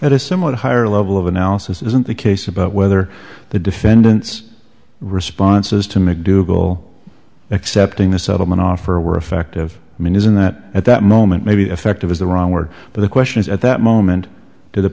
that is similar to a higher level of analysis isn't the case about whether the defendants responses to macdougal accepting the settlement offer were effective i mean isn't that at that moment maybe effective is the wrong word but the question is at that moment do the